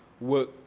work